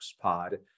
Pod